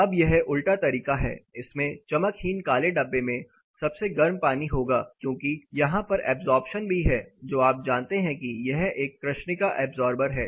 अब यह उल्टा तरीका है इसमें चमकहीन काले डब्बे में सबसे गर्म पानी होगा क्योंकि यहां पर ऐब्सॉर्प्शन भी है जो आप जानते हैं कि यह एक कृष्णिका ऐब्सॉर्बर है